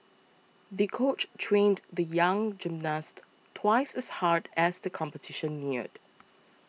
the coach trained the young gymnast twice as hard as the competition neared